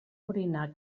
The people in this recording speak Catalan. orinar